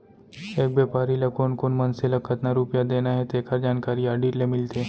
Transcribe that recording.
एक बेपारी ल कोन कोन मनसे ल कतना रूपिया देना हे तेखर जानकारी आडिट ले मिलथे